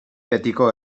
betiko